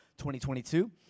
2022